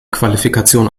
qualifikation